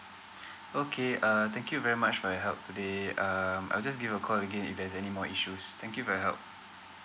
okay uh thank you very much for your help today um I'll just give a call again if there's any more issues thank you for your help